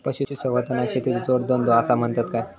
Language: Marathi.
पशुसंवर्धनाक शेतीचो जोडधंदो आसा म्हणतत काय?